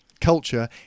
culture